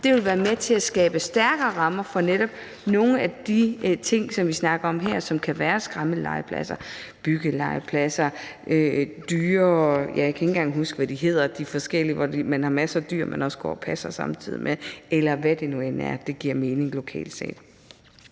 Det ville være med til at skabe stærkere rammer for netop nogle af de ting, som vi snakker om her, som f.eks. skrammellegepladser, byggelegepladser og steder – jeg kan ikke engang huske, hvad de hedder – hvor man har masser af dyr, som børnene også går og passer, eller hvad det nu end er, der giver mening lokalt set.